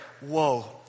Whoa